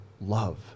love